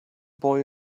boy